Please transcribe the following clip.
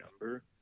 number